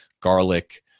garlic